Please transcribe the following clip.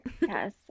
yes